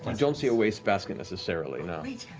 um don't see a wastebasket necessarily, no.